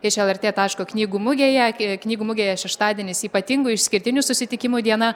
iš lrt taško knygų mugėje knygų mugėje šeštadienis ypatingų išskirtinių susitikimų diena